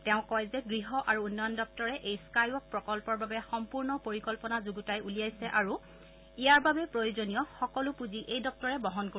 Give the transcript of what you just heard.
তেওঁ কয় যে গৃহ আৰু উন্নয়ন দপ্তৰে এই স্কাইৰক প্ৰকল্পৰ বাবে সম্পূৰ্ণ পৰিকল্পনা যুগুতাই উলিয়াইছে আৰু ইয়াৰ বাবে প্ৰয়োজনীয় সকলো পুঁজি এই দপ্তৰে বহন কৰিব